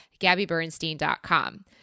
GabbyBernstein.com